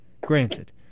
granted